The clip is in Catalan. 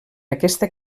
aquesta